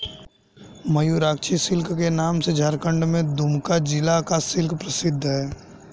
Mayurakshi silk के नाम से झारखण्ड के दुमका जिला का सिल्क प्रसिद्ध है